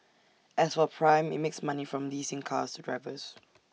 as for prime IT makes money from leasing cars to drivers